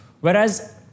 Whereas